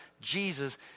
Jesus